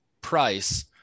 price